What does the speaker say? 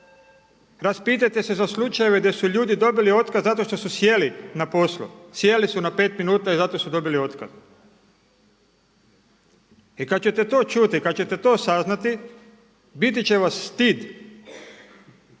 Raspitajte se za slučajeve gdje su ljudi dobili otkaz zato što su sjeli na poslu, sjeli su na pet minuta i zato su dobili otkaz. I kada ćete to čuti, kada ćete to saznati, biti će vas stid